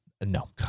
no